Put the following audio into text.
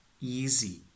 easy